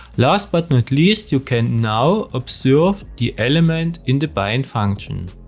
last but not least you can now observe the element in the bind function.